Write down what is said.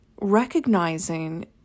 recognizing